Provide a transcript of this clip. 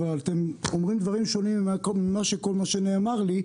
אבל אתם אומרים דברים שונים מכל מה שנאמר לי,